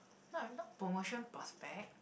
not not promotion prospect